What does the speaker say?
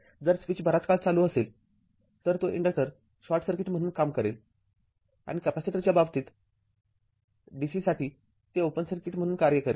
जर स्विच बराच काळ चालू असेल तर तो इंडक्टर शॉर्ट सर्किट म्हणून काम करेल आणि कॅपेसिटरच्या बाबतीत DC साठी ते ओपन सर्किट म्हणून कार्य करेल